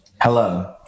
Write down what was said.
Hello